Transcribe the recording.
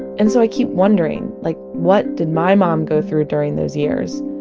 and so i keep wondering, like what did my mom go through during those years?